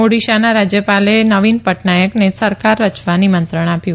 ઓડીશાના રાજયપાલે નવીન પટનાયકને સરકાર રચવા નિમંત્રણ આપ્યું